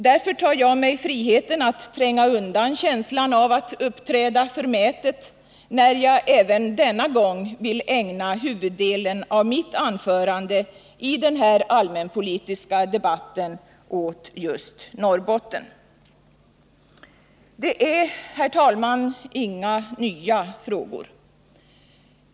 Därför tar jag mig friheten att tränga undan känslan av att uppträda förmätet, när jag även denna gång vill ägna huvuddelen av mitt anförande i den allmänpolitiska debatten åt Norrbotten. Det är, herr talman, inga nya frågor som jag kommer att ta upp.